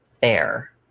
fair